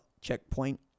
checkpoint